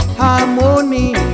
harmony